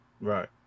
Right